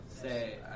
Say